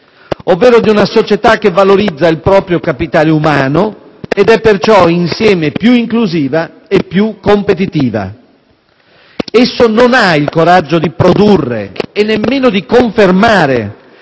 ovvero di una società che valorizza il proprio capitale umano ed è perciò insieme più inclusiva e più competitiva. Esso non ha il coraggio di produrre, e nemmeno di confermare,